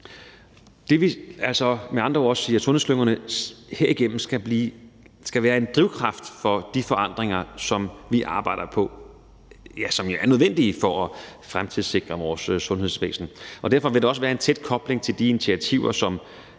Det vil med andre ord sige, at sundhedsklyngerne herigennem skal være en drivkraft for de forandringer, som vi arbejder på, ja, som er nødvendige for at fremtidssikre vores sundhedsvæsen. Derfor vil der også være en tæt kobling til de initiativer,